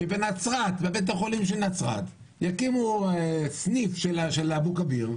שבבית החולים של נצרת יקימו סניף של אבו כביר.